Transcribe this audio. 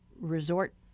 resort